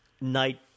night